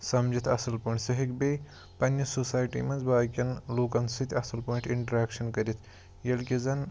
سَمجِتھ اصٕل پٲٹھۍ سُہ ہیٚکہِ بیٚیہِ پَننہِ سوسایٹی منٛز باقٕیَن لوٗکَن سۭتۍ اصٕل پٲٹھۍ اِنٹرٛیکشَن کٔرِتھ ییٚلہِ کہِ زَن